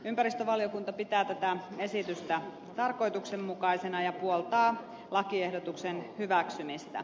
ympäristövaliokunta pitää tätä esitystä tarkoituksenmukaisena ja puoltaa lakiehdotuksen hyväksymistä